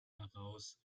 heraus